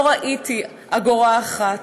לא ראיתי אגורה אחת,